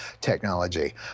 technology